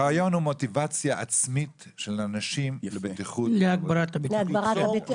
הרעיון הוא מוטיבציה עצמית של אנשים לבטיחות --- להגברת הבטיחות,